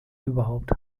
überhaupt